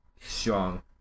strong